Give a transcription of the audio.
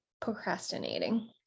procrastinating